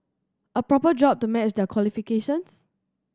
a proper job to match their qualifications